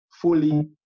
fully